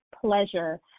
pleasure